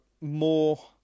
more